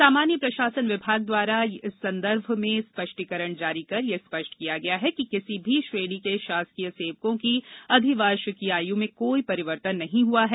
सामान्य प्रशासन विभाग द्वारा उक्त संदर्भ में स्पष्टीकरण जारी कर यह स्पष्ट किया गया है कि किसी भी श्रेणी के शासकीय सेवकों की अधिवार्षिकीय आयु में कोई परिवर्तन नहीं हुआ है